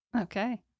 Okay